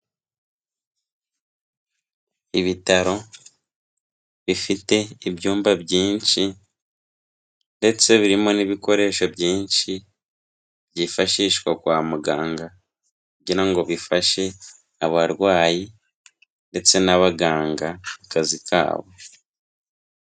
Ibitaro bifite ibyumba byinshi, ndetse birimo n'ibikoresho byinshi, byifashishwa kwa muganga kugira ngo bifashe abarwayi ndetse n'abaganga akazi kabo.